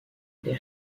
les